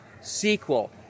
sequel